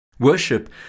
Worship